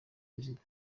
perezida